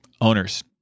Owners